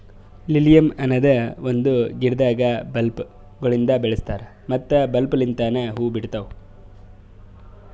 lilium ಅನದ್ ಒಂದು ಗಿಡದಾಗ್ ಬಲ್ಬ್ ಗೊಳಿಂದ್ ಬೆಳಸ್ತಾರ್ ಮತ್ತ ಬಲ್ಬ್ ಲಿಂತನೆ ಹೂವು ಬಿಡ್ತಾವ್